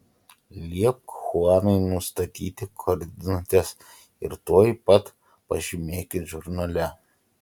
liepk chuanui nustatyti koordinates ir tuoj pat pažymėkit žurnale